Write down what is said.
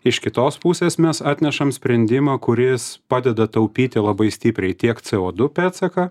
iš kitos pusės mes atnešam sprendimą kuris padeda taupyti labai stipriai tiek co du pėdsaką